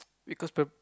because pr~